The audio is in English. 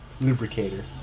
lubricator